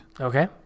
Okay